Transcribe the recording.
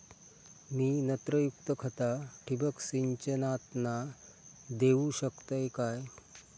मी नत्रयुक्त खता ठिबक सिंचनातना देऊ शकतय काय?